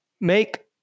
make